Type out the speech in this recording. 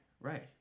Right